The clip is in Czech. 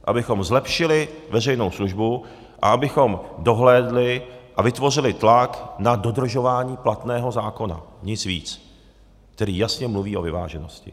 Abychom zlepšili veřejnou službu a abychom dohlédli a vytvořili tlak na dodržování platného zákona, nic víc, který jasně mluví o vyváženosti.